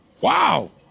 Wow